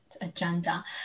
agenda